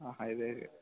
ఇదే ఇదే